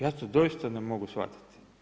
Ja to doista ne mogu shvatiti.